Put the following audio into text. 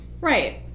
Right